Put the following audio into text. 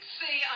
see